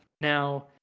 Now